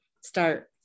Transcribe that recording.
start